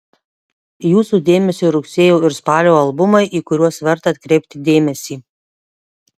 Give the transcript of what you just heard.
jūsų dėmesiui rugsėjo ir spalio albumai į kuriuos verta atkreipti dėmesį